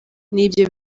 nibyo